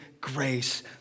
grace